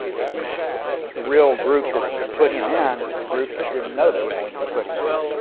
the the real group that that put him in is the group that didn't know they were going to be putting him in.